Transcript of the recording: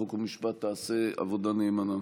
חוק ומשפט תעשה עבודה נאמנה.